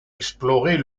explorer